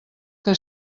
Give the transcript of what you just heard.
que